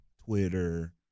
Twitter